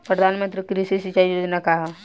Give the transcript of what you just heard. प्रधानमंत्री कृषि सिंचाई योजना का ह?